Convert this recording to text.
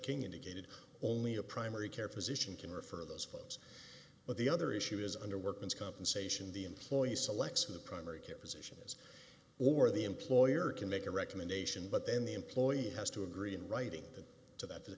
king indicated only a primary care physician can refer those folks but the other issue is under workman's compensation the employee selects for the primary care physician or the employer can make a recommendation but then the employee has to agree in writing to that